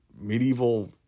medieval